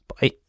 Bye